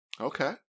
Okay